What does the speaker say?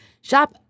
Shop